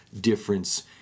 difference